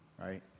right